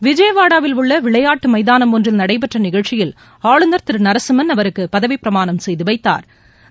விஜயவாடாவில் உள்ள விளையாட்டு மைதானம் ஒன்றில் நடைபெற்ற நிகழ்ச்சியில் ஆளுநர் திரு நரசிம்மன் அவருக்கு பதவி பிரமாணம் செய்து வைத்தாா்